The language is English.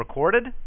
recorded